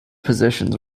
positions